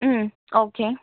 ம் ஓகே